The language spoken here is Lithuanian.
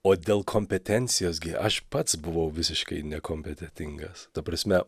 o dėl kompetencijos gi aš pats buvau visiškai nekompetentingas ta prasme